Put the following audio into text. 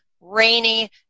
rainy